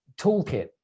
toolkit